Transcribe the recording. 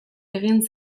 egin